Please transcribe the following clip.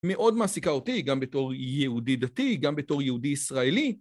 מאוד מעסיקה אותי, גם בתור יהודי דתי, גם בתור יהודי ישראלי.